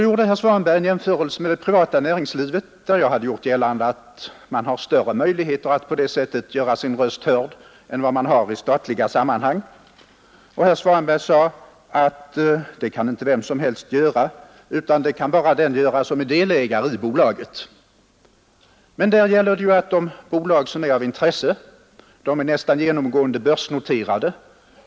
Herr Svanberg tog upp frågan om det privata näringslivet och mitt uttalande att man där har större möjligheter att göra sin röst hörd vid bolagsstämman än vad man har i statliga sammanhang. Herr Svanberg sade, att det kan inte vem som helst göra, utan bara den som är delägare i bolaget. Men i det privata näringslivet gäller ju att de bolag som är av intresse nästan genomgående är börsnoterade.